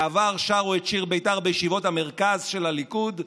בעבר שרו את שיר בית"ר בישיבות המרכז של הליכוד,